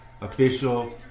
Official